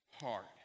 heart